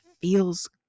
feels